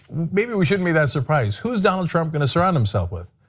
maybe we shouldn't be that surprised. who is donald trump going to surround himself with?